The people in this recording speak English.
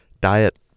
Diet